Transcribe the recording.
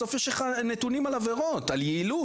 בסוף יש לך נתונים על עבירות, על יעילות.